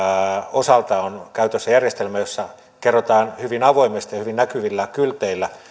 osalta on käytössä järjestelmä jossa kerrotaan hyvin avoimesti ja hyvin näkyvillä kylteillä